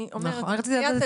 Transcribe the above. נכון, אני רציתי להבין את